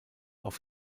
off